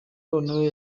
noneho